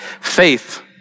Faith